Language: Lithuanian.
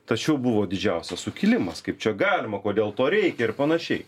tačiau buvo didžiausias sukilimas kaip čia galima kodėl to reikia ir panašiai